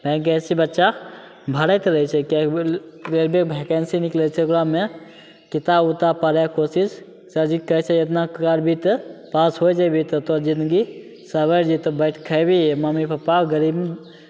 vacancy बच्चा भरैत रहै छै किएकि बेर बेर वैकेन्सी निकलै छै ओकरामे किताब उताब पढ़ैके कोशिश सरजी कहै छै एतना करबही तऽ पास होइ जेबही तऽ तोहर जिनगी सवरि जएतौ बैठिके खएबही मम्मी पापा गरीब